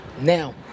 now